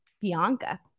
Bianca